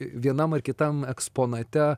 vienam ar kitam eksponate